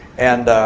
and